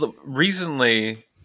recently